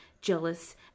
jealous